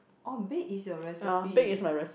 oh baked is your recipe